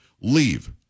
leave